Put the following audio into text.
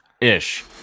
ish